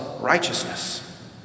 righteousness